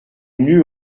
mieux